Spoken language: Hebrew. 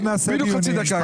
בדיוק חצי דקה.